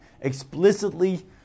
explicitly